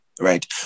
right